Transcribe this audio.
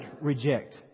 reject